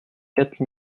quatre